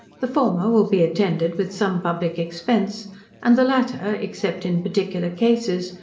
the former will be attended with some public expense and the latter, except in particular cases,